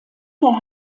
der